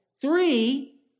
three